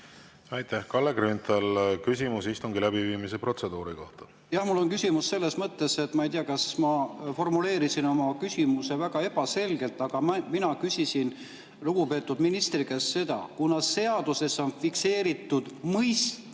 Aitäh! Kalle Grünthal, küsimus istungi läbiviimise protseduuri kohta. Mul on küsimus selles mõttes, et ma ei tea, kas ma formuleerisin oma küsimuse väga ebaselgelt, aga mina küsisin lugupeetud ministri käest seda: kuna seaduses on fikseeritud asja